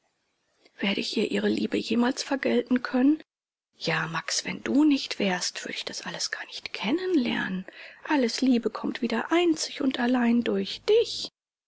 werde ich ihr ihre liebe jemals vergelten können ja max wenn du nicht wärst würde ich das alles gar nicht kennenlernen alles liebe kommt wieder einzig und allein durch dich